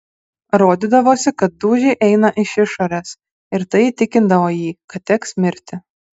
rodydavosi kad dūžiai eina iš išorės ir tai įtikindavo jį kad teks mirti